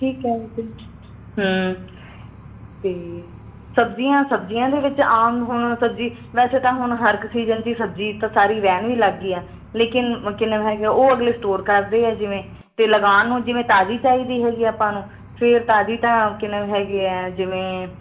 ਠੀਕ ਹੈ ਹੂੰ ਅਤੇ ਸਬਜ਼ੀਆਂ ਸਬਜ਼ੀਆਂ ਦੇ ਵਿੱਚ ਆਮ ਹੁਣ ਸਬਜ਼ੀ ਵੈਸੇ ਤਾਂ ਹੁਣ ਹਰ ਇੱਕ ਸੀਜਨ ਦੀ ਸਬਜ਼ੀ ਤਾਂ ਸਾਰੀ ਰਹਿਣ ਵੀ ਲੱਗ ਗਈ ਆ ਲੇਕਿਨ ਕਿਨਮ ਹੈਗੇ ਆ ਉਹ ਅਗਲੇ ਸਟੋਰ ਕਰਦੇ ਆ ਜਿਵੇਂ ਅਤੇ ਲਗਾਉਣ ਨੂੰ ਜਿਵੇਂ ਤਾਜ਼ੀ ਚਾਹੀਦੀ ਹੈਗੀ ਆਪਾਂ ਨੂੰ ਫਿਰ ਤਾਜ਼ੀ ਤਾਂ ਕਿਨਮ ਹੈਗੇ ਆ ਜਿਵੇਂ